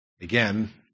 Again